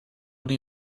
nei